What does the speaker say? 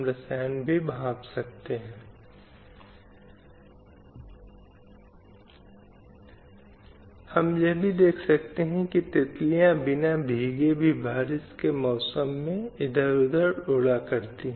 लैंगिक न्याय की अवधारणा की धारणा क्या है जैसा कि हम समझते हैं कि न्याय कहीं न कहीं समानता की निष्पक्षता पूर्वाग्रहों की अनुपस्थिति भेदभाव की अनुपस्थिति के रूप में दर्शाता है